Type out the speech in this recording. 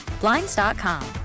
Blinds.com